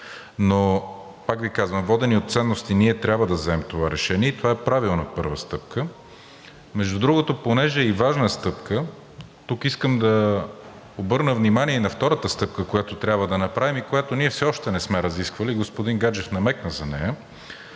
Но пак Ви казвам, водени от ценности, ние трябва да вземем това решение и това е правилна първа стъпка. Между другото, тъй като е и важна стъпка, тук искам да обърна внимание и на втората стъпка, която трябва да направим и която ние все още не сме разисквали. Господин Гаджев намекна за нея